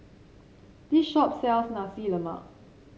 this shop sells Nasi Lemak